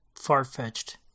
far-fetched